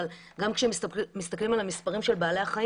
אבל גם כשמסתכלים על המספרים של בעלי החיים